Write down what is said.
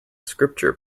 scripture